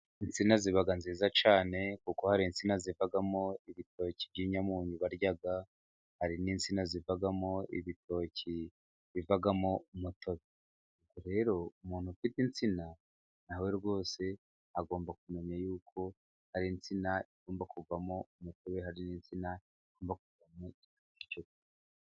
Insina ziba nziza cyane, kuko hari insina zivamo ibitoki by'inyamunyu barya, hari n'insina zivamo ibitoki bivamo umutobe, rero umuntu ufite insina na we rwose agomba kumenya yuko, hari insina igomba kuvamo umutobe, kandi ko hari n'insina igomba kuvamo icyo kurya.